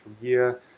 year